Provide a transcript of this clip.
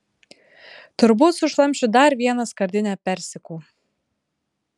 turbūt sušlamšiu dar vieną skardinę persikų